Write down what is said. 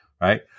Right